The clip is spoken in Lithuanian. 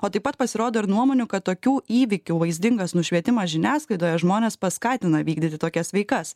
o taip pat pasirodo ir nuomonių kad tokių įvykių vaizdingas nušvietimas žiniasklaidoje žmones paskatina vykdyti tokias veikas